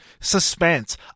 suspense